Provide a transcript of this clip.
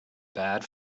bad